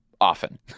often